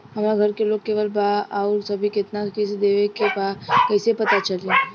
हमरा घर के लोन लेवल बा आउर अभी केतना किश्त देवे के बा कैसे पता चली?